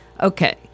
Okay